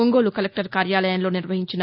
Ongole collector కార్యాలయంలో నిర్వహించిన